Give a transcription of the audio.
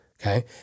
Okay